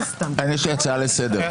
יש לי הצעה לסדר.